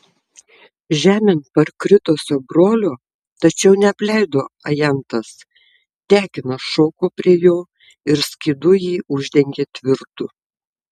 žemėn parkritusio brolio tačiau neapleido ajantas tekinas šoko prie jo ir skydu jį uždengė tvirtu